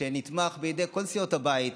שנתמך בידי כל סיעות הבית,